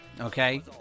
okay